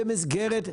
במסגרת תרגילים.